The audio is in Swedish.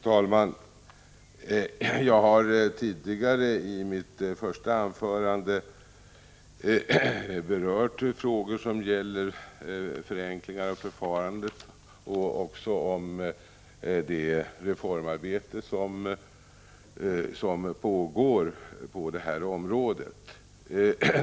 Fru talman! Jag har i mitt huvudanförande berört frågor om förenklingar av förfarandet och om det reformarbete som pågår på det här området.